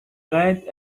rent